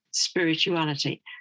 spirituality